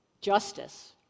justice